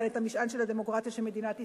את המשען של הדמוקרטיה של מדינת ישראל.